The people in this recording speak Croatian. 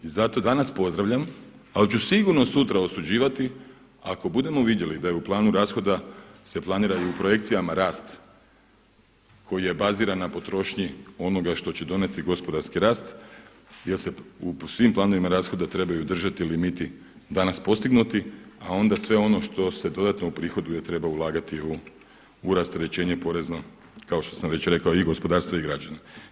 I zato danas pozdravljam, ali ću sigurno sutra osuđivati ako budemo vidjeli da je u planu rashoda se planira i u projekcijama rast koji je baziran na potrošnji onoga što će o donijeti gospodarski rast, jer se u svim planovima rashoda trebaju držati limiti danas postignuti, a onda sve ono što se dodatno uprihoduje treba ulagati u rasterećenje porezno kao što sam već rekao i gospodarstva i građana.